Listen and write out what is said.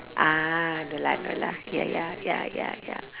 ah no lah no lah ya ya ya ya ya